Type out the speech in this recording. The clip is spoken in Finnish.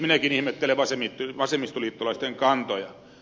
minäkin ihmettelen vasemmistoliittolaisten kantoja